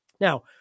Now